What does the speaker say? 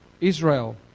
Israel